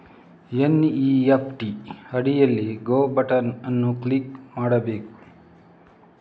NEFT ಅಡಿಯಲ್ಲಿ go button ಅನ್ನು click ಮಾಡಬೇಕು